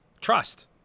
trust